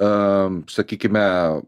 a sakykime